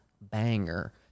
banger